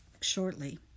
shortly